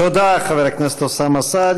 תודה, חבר הכנסת אוסאמה סעדי.